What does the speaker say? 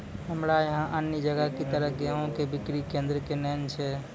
हमरा यहाँ अन्य जगह की तरह गेहूँ के बिक्री केन्द्रऽक नैय छैय?